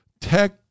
Tech